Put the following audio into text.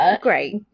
Great